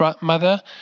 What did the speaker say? mother